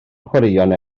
chwaraeon